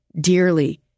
dearly